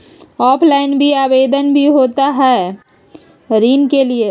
Offline भी आवेदन भी होता है ऋण के लिए?